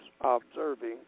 observing